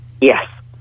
Yes